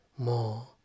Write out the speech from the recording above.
More